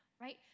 right